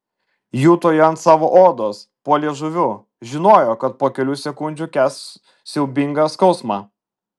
juto ją ant savo odos po liežuviu žinojo kad po kelių sekundžių kęs siaubingą skausmą